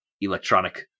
electronic